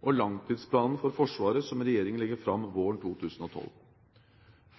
og i langtidsplanen for Forsvaret som regjeringen legger fram våren 2012.